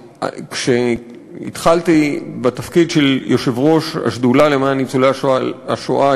וכשהתחלתי בתפקיד של יושב-ראש השדולה למען ניצולי השואה,